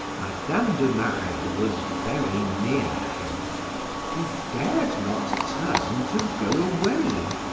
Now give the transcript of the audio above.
madame de marelle was very near him he dared not turn to go away.